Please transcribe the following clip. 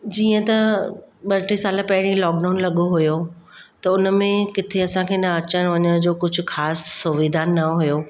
जीअं त ॿ टे साल पहिरीं लॉकडाउन लॻियो हुओ त उन में किथे असांखे न अचणु वञण जो कुझु ख़ासि सुविधा न हुओ